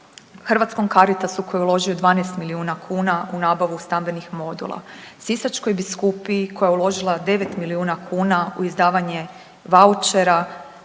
Hrvatskom Caritasu koji je uložio 12 milijuna kuna u nabavu stambenih modula, Sisačkoj biskupiji koja je uložila 9 milijuna kuna u izdavanje vaučera,